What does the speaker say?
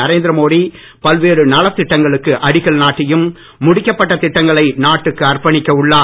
நரேந்திர மோடி பல்வேறு நலத்திட்டங்களுக்கு அடிக்கல் நாட்டியும் முடிக்கப்பட்ட திட்டங்களை நாட்டுக்கு அர்ப்பணிக்க உள்ளார்